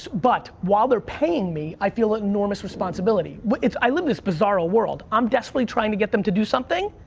but, while they're paying me, i feel an enormous responsibility. but i live this bizarro world. i'm desperately trying to get them to do something,